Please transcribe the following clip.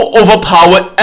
overpowered